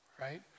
right